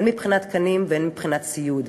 הן מבחינת תקנים והן מבחינת ציוד.